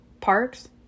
parks